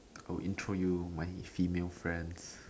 I'll intro you my female friends